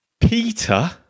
Peter